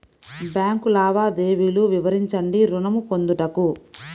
Bank లావాదేవీలు వివరించండి ఋణము పొందుటకు?